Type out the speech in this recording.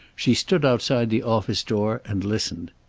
she stood outside the office door and listened.